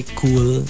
cool